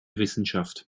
wissenschaft